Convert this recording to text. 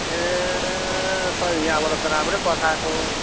ए खै यहाँबाट त राम्रै पठाएको